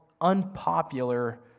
unpopular